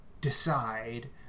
decide